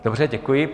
Dobře, děkuji.